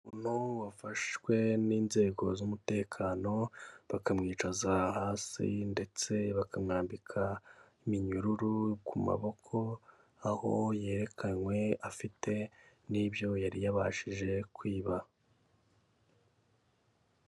Umuntu wafashwe n'inzego z'umutekano bakamwicaza hasi ndetse bakamwambika n'iminyururu ku maboko, aho yerekanywe afite n'ibyo yari yabashije kwiba.